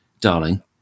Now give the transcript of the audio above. darling